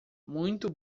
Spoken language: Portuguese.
muito